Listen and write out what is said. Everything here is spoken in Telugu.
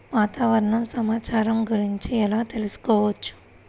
వాతావరణ సమాచారం గురించి ఎలా తెలుసుకోవచ్చు?